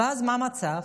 ואז מה המצב?